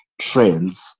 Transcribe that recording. trends